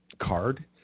card